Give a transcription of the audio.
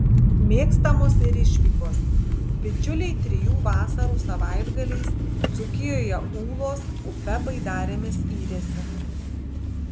mėgstamos ir išvykos bičiuliai trijų vasarų savaitgaliais dzūkijoje ūlos upe baidarėmis yrėsi